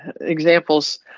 examples